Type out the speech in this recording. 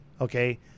okay